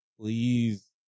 please